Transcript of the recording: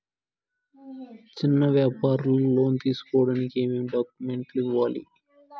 చిన్న వ్యాపారులు లోను తీసుకోడానికి ఏమేమి డాక్యుమెంట్లు ఇవ్వాలి?